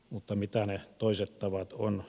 mutta mitä ne toiset tavat ovat